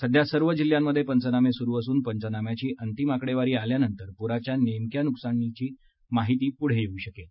सध्या सर्वच जिल्ह्यांमध्ये पंचनामे सुरू असून पंचनाम्याची अंतिम आकडेवारी आल्यानंतर पुराच्या नेमक्या नुकसानाची माहिती पुढे येऊ शकेल